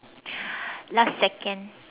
last second